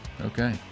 Okay